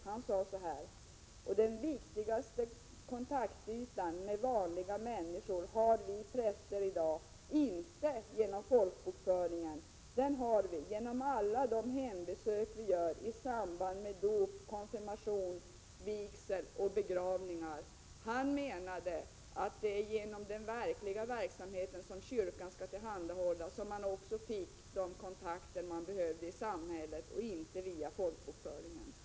Han sade följande: ”Och den viktigaste kontaktytan med vanliga människor har vi präster i dag inte genom folkbokföringen. Den har vi genom alla de hembesök vi gör i samband med dop, konfirmation, vigsel och begravning.” Han menade att det är genom den verkliga verksamheten som kyrkan skall tillhandahålla som man också får de kontakter man behöver i samhället, och inte via folkbokföringen.